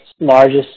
largest